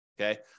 Okay